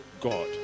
God